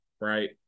right